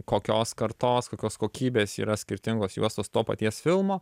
kokios kartos kokios kokybės yra skirtingos juostos to paties filmo